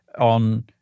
on